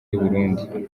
y’uburundi